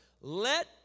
Let